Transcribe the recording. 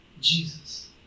Jesus